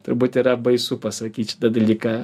turbūt yra baisu pasakyt šitą dalyką